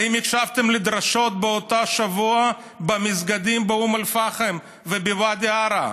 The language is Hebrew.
האם הקשבתם לדרשות באותו שבוע במסגדים באום אל-פחם ובוואדי עארה?